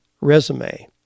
resume